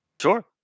Sure